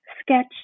sketch